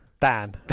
Dan